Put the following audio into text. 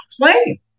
playing